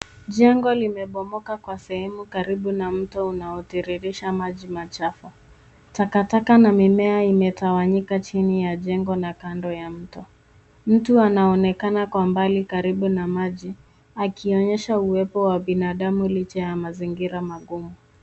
Jengo limebomoka kwa sehemu karibu na mto unaotiririsha maji machafu. Takataka na mimea imetawanyika chini ya jengo na kando ya mto, mtu anaonekana kwa mbali karibu na maji akionyesha uwepo wa binadamu licha ya mazingira magumu.